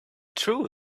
true